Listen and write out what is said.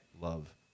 love